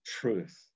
truth